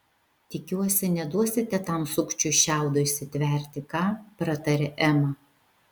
tikiuosi neduosite tam sukčiui šiaudo įsitverti ką pratarė ema